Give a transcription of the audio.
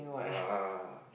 uh